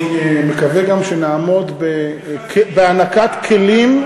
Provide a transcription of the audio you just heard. אני מקווה גם שנעמוד בהענקת כלים,